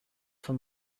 for